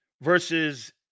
versus